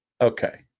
okay